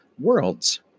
worlds